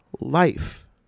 life